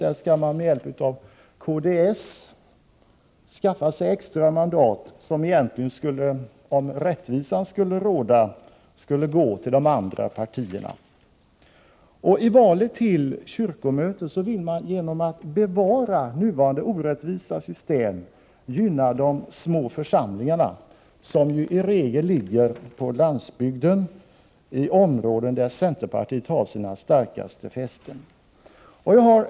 Där skall centern med hjälp av KDS skaffa sig extra mandat, som, om rättvisan skulle råda, egentligen skulle gå till de andra partierna. I valet till kyrkomöte vill man genom att bevara nuvarande orättvisa system gynna de små församlingarna, som ju i regel ligger på landsbygden i områden där centerpartiet har sina starkaste fästen.